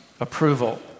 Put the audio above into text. approval